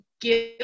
give